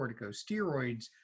corticosteroids